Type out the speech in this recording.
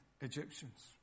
Egyptians